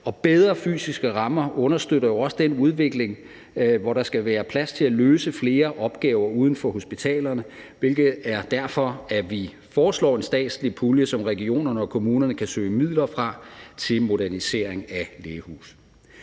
bedre fysiske rammer understøtter jo også den udvikling, hvor der skal være plads til at løse flere opgaver uden for hospitalerne, hvilket er derfor, vi foreslår en statslig pulje, som regionerne og kommunerne kan søge midler fra til moderniseringen af lægehuse.